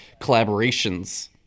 collaborations